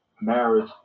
marriage